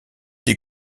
des